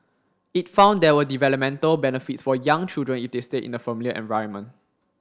it found there were developmental benefits for young children if they stayed in a familiar environment